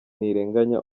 ntirenganya